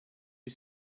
you